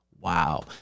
Wow